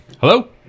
hello